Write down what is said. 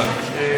אתם יודעים מה?